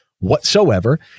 whatsoever